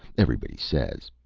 everybody says,